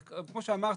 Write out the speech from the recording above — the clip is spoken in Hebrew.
כמו שאמרתי,